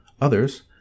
Others